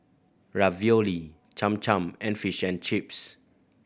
Ravioli Cham Cham and Fish and Chips